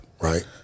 right